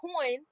coins